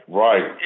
right